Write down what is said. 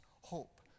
hope